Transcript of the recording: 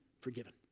forgiven